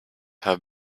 have